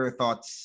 thoughts